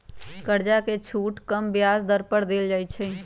कर्जा पर छुट कम ब्याज दर पर देल जाइ छइ